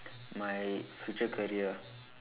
my future career